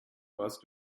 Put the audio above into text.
warst